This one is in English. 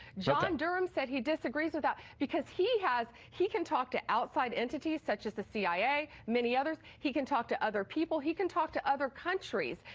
john durham says he disagrees with that because he has he can talk to outside entities such as the cia, many others, he can talk to other people, he can talk to other countries.